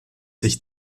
sich